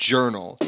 Journal